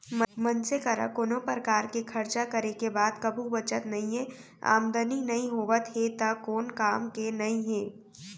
मनसे करा कोनो परकार के खरचा करे के बाद कभू बचत नइये, आमदनी नइ होवत हे त कोन काम के नइ हे